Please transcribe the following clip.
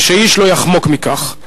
ואיש לא יחמוק מכך.